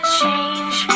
change